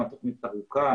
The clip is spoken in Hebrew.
תוכנית ארוכה.